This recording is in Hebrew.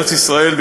בארץ-ישראל,